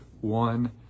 one